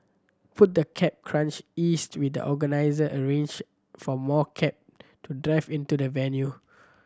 put the cab crunch eased when the organizer arranged for more cab to drive into the venue